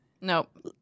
Nope